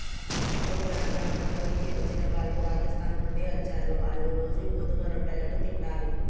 అవును రంగ మన ఊరికి వచ్చిన వాళ్ళు రాజస్థాన్ నుండి అచ్చారు, ఆళ్ళ్ళు రోజూ గోధుమ రొట్టెలను తింటారు